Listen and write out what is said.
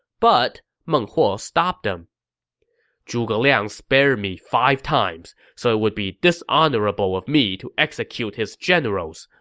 but meng huo stopped them zhuge liang spared me five times, so it would be dishonorable of me to execute his generals,